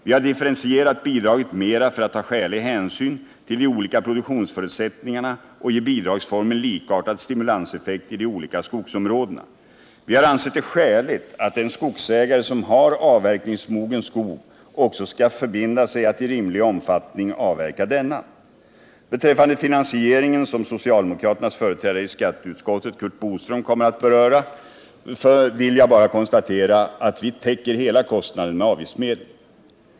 Vi har differentierat bidraget mer för att ta skälig hänsyn till de olika produktionsförutsättningarna och ge bidragsformen likartad stimulanseffekt i de olika skogsområdena. Vi har ansett det skäligt att den skogsägare som har avverkningsmogen skog också skall förbinda sig att i rimlig omfattning avverka denna. Beträffande finansieringen, som socialdemokraternas företrädare i skatteutskottet Curt Boström kommer att beröra, vill jag bara konstatera att vi täcker hela kostnaden med avgiftsmedel.